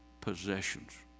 possessions